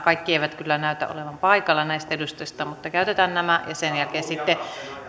kaikki näistä edustajista eivät kyllä näytä olevan paikalla mutta käytetään nämä vuorot ja sen jälkeen sitten